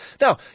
Now